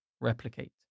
replicate